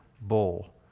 bull